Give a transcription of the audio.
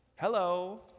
Hello